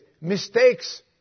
mistakes